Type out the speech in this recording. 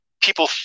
people